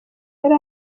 yari